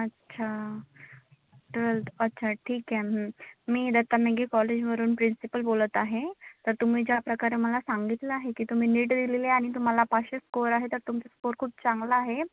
अच्छा ट्वेल्थ अच्छा ठीक आहे मी दत्ता मेघे कॉलेजवरून प्रिन्सिपल बोलत आहे तर तुम्ही ज्याप्रकारे मला सांगितलं आहे की तुम्ही नीट दिलेली आहे आणि तुम्हाला पाचशे स्कोर आहे तर तुमचा स्कोर खूप चांगला आहे